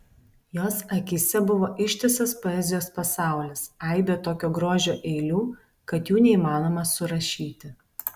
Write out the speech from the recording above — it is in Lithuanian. jos akyse buvo ištisas poezijos pasaulis aibė tokio grožio eilių kad jų neįmanoma surašyti